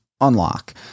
unlock